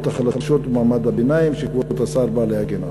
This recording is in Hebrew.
החלשות ובמעמד הביניים שכבוד השר בא להגן עליו.